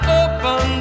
open